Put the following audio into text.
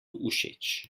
všeč